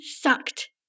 sucked